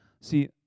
See